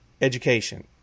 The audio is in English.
education